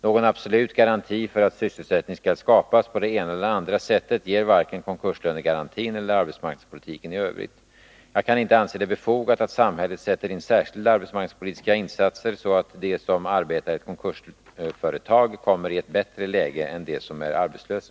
Någon absolut garanti för att sysselsättning skall skapas på det ena eller andra sättet ger varken konkurslönegarantin eller arbetsmarknadspolitiken i övrigt. Jag kan inte anse det befogat att samhället sätter in särskilda arbetsmarknadspolitiska insatser, så att de som arbetar i ett konkursföretag kommer ett bättre läge än de som är arbetslösa.